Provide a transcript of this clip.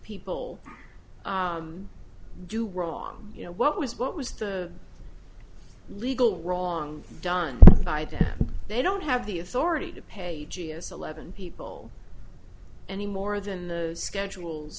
people do wrong you know what was what was the legal wrong done by them they don't have the authority to pages eleven people anymore than the schedule